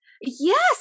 Yes